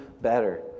better